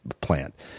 plant